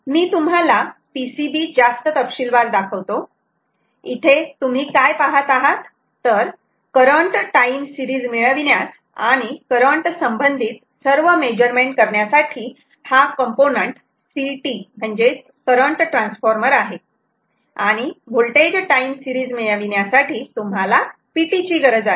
मी तुम्हाला PCB जास्त तपशीलवार दाखवतो इथे तुम्ही काय पाहत आहात तर करंट टाईम सिरीज मिळविण्यास आणि करंट संबंधित सर्व मेजरमेंट करण्यासाठी हा कॉम्पोनन्ट CT म्हणजे करंट ट्रान्सफॉर्मर आहे आणि वोल्टेज टाईम सिरीज मिळविण्यासाठी तुम्हाला PT ची गरज आहे